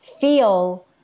feel